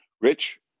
Rich